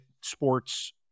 sports